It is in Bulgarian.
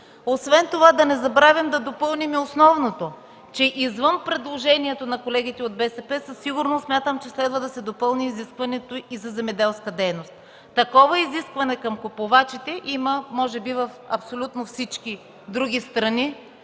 Освен това да не забравим да допълним и основното, че извън предложението на колегите от БСП, със сигурност смятам, че следва да се допълни изискването и за земеделска дейност. Такова изискване към купувачите има може би в абсолютно всички други страни